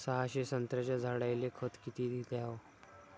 सहाशे संत्र्याच्या झाडायले खत किती घ्याव?